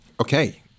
Okay